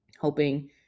hoping